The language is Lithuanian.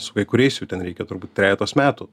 su kai kuriais jų ten reikia turbūt trejetos metų